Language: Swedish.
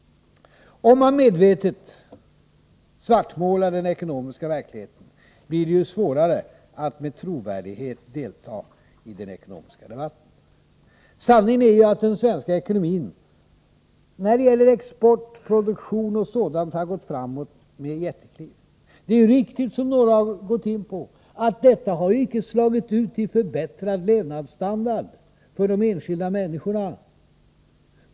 Om man medvetet svartmålar den ekonomiska verkligheten, blir det svårare att med trovärdighet delta i den ekonomiska debatten. Sanningen är ju att utvecklingen av den svenska ekonomin när det gäller export, produktion etc. har gått framåt med jättekliv. Det är riktigt, som några varit inne på, att detta icke har slagit ut i förbättrad levnadsstandard för de enskilda människorna.